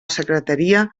secretaria